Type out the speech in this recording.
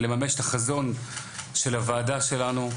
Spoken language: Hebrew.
לממש את החזון של הוועדה שלנו,